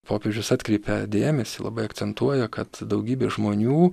popiežius atkreipia dėmesį labai akcentuoja kad daugybė žmonių